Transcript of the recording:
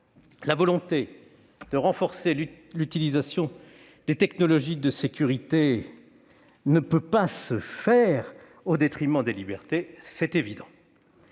La volonté de renforcer l'utilisation des technologies de sécurité ne peut pas aboutir au détriment des libertés, c'est évident.